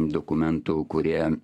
dokumentų kurie